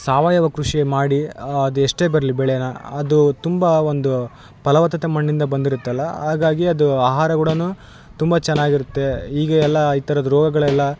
ಸಾವಯವ ಕೃಷಿ ಮಾಡಿ ಅದೆಷ್ಟೇ ಬರಲಿ ಬೆಳೆನ ಅದು ತುಂಬ ಒಂದು ಫಲವತ್ತತೆ ಮಣ್ಣಿಂದ ಬಂದಿರುತ್ತಲ್ಲ ಹಾಗಾಗಿ ಅದು ಆಹಾರ ಗೂಡನ್ನ ತುಂಬ ಚೆನ್ನಾಗಿರತ್ತೆ ಹೀಗೆ ಎಲ್ಲ ಈ ಥರದ ರೋಗಗಳೆಲ್ಲ